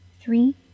three